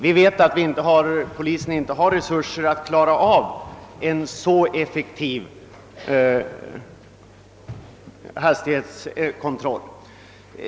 Vi vet emellertid att polisen inte har resurser att klara en så effektiv hastighetskontroll.